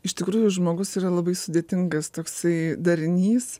iš tikrųjų žmogus yra labai sudėtingas toksai darinys